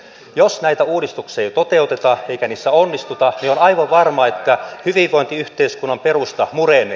jos näitä uudistuksia ei toteuteta eikä niissä onnistuta niin on aivan varma että hyvinvointiyhteiskunnan perusta murenee